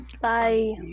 Bye